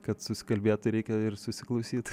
kad susikalbėt tai reikia ir susiklausyt